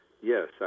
Yes